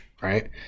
Right